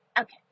okay